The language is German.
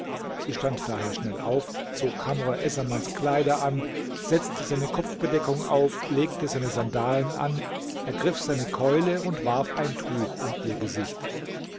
sie stand daher schnell auf zog kamr essamans kleider an setzte seine kopfbedeckung auf legte seine sandalen an ergriff seine keule und warf ein tuch um ihr gesicht